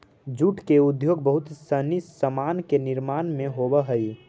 jute के उपयोग बहुत सनी सामान के निर्माण में होवऽ हई